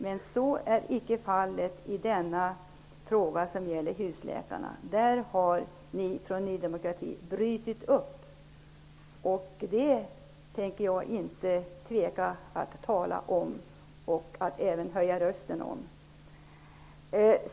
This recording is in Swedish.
Men så är icke fallet i frågan om husläkarna. Där har ni i Ny demokrati brutit upp. Det tänker jag inte tveka att tala om och inte heller att höja rösten om.